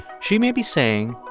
she may be saying,